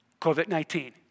COVID-19